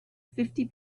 fifty